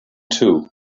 too